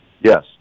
Yes